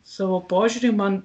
savo požiūrį man